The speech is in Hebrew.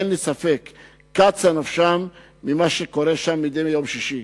אין לי ספק שקצה נפשם במה שקורה שם מדי יום שישי.